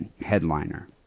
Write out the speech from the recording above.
headliner